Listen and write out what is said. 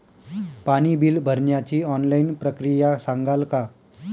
पाणी बिल भरण्याची ऑनलाईन प्रक्रिया सांगाल का?